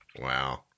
Wow